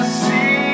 see